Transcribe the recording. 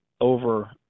over